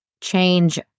change